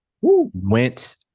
went